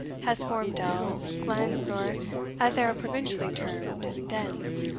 has formed dells, glens, or as they are provincially termed, dens,